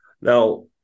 Now